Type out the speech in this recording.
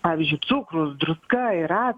pavyzdžiui cukrus druska yra